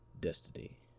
Destiny